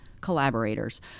collaborators